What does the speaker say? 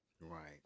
Right